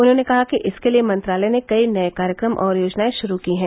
उन्होंने कहा कि इसके लिए मंत्रालय ने कई नये कार्यक्रम और योजनाएं शुरू की हैं